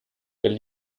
weil